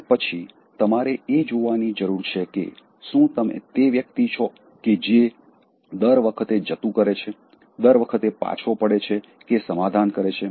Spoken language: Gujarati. અને પછી તમારે એ જોવાની જરૂર છે કે શું તમે તે વ્યક્તિ છો કે જે દર વખતે જતું કરે છે દર વખતે પાછો પડે છે કે સમાધાન કરે છે